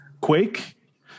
Quake